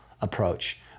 approach